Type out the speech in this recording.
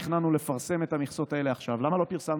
תכננו לפרסם את המכסות האלה עכשיו.